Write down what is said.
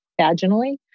vaginally